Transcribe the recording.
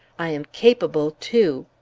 i am capable, too.